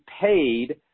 paid